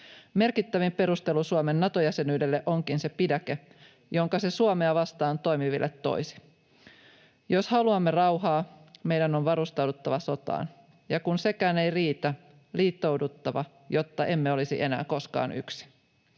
Merkittävin perustelu Suomen Nato-jäsenyydelle onkin se pidäke, jonka se Suomea vastaan toimiville toisi. Jos haluamme rauhaa, meidän on varustauduttava sotaan, ja kun sekään ei riitä, liittouduttava, jotta emme olisi enää koskaan yksin.